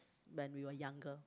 when we were younger